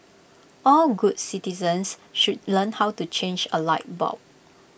all good citizens should learn how to change A light bulb